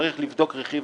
צריך לבדוק רכיב-רכיב.